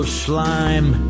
slime